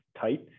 tight